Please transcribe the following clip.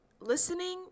listening